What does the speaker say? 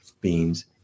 beans